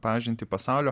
pažintį pasaulio